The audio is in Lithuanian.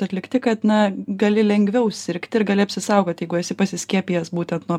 atlikti kad na gali lengviau sirgti ir gali apsisaugot jeigu esi pasiskiepijęs būtent nuo